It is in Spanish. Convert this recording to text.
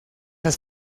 las